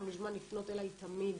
הוא מוזמן לפנות אלי תמיד.